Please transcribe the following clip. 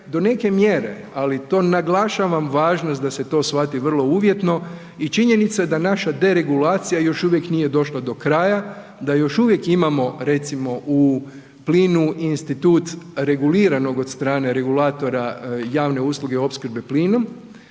do neke mjere ali to naglašavam važnost da se to shvati vrlo uvjetno i činjenica da naša deregulacija još uvijek nije došla do kraja, da još uvijek imamo recimo u plinu institut regularnog od strane regulatora javne usluge opskrbe plinom